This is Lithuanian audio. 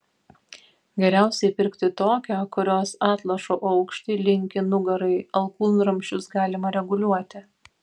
geriausiai pirkti tokią kurios atlošo aukštį linkį nugarai alkūnramsčius galima reguliuoti